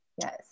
yes